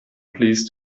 pleased